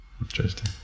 Interesting